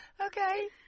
Okay